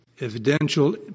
evidential